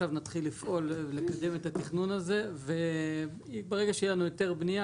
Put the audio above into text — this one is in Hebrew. נתחיל לפעול לקדם את התכנון הזה וברגע שיהיה לנו היתר בניה,